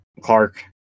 clark